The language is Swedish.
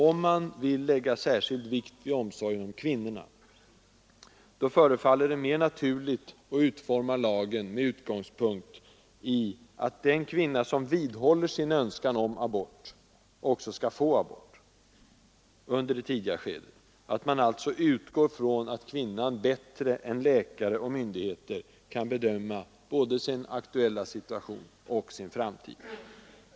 Om man vill lägga särskild vikt vid omsorgen om kvinnorna, förefaller det mer naturligt att utforma lagstiftningen med utgångspunkt i att den kvinna, som vidhåller sin önskan om abort, också skall få abort under det tidiga skedet — att man alltså utgår från att kvinnan bättre än läkare och myndigheter kan bedöma både sin aktuella situation och sin framtid.